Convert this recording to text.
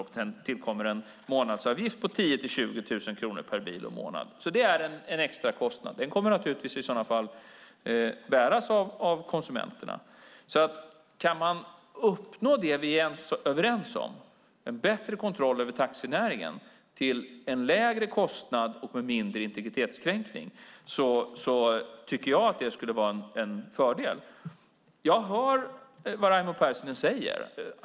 Sedan tillkommer en månadsavgift på 10 000-20 000 kronor per bil och månad. Det är alltså en extrakostnad. Den kommer naturligtvis i sådana fall att bäras av konsumenterna. Kan man uppnå det som vi är överens om, nämligen en bättre kontroll över taxinäringen, till en lägre kostnad och med mindre integritetskränkning tycker jag att det skulle vara en fördel. Jag hör vad Raimo Pärssinen säger.